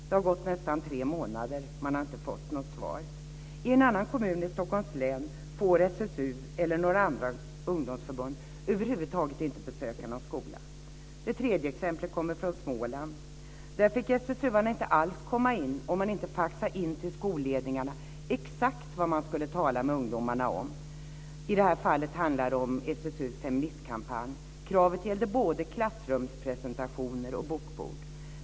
Det har gått nästan tre månader, och man har inte fått något svar. I en annan kommun i Stockholms län får SSU eller några andra ungdomsförbund över huvud taget inte besöka någon skola. Det tredje exemplet kommer från Småland. Där fick SSU:arna inte alls komma in om de inte faxade in till skolledningarna exakt vad de skulle tala med ungdomarna om. I det här fallet handlade det om SSU:s feministkampanj. Kravet gällde både klassrumspresentationer och bokbord.